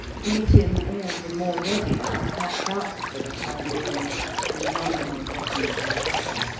made him all the more ready to patch up for the time-being a nominal reconciliation.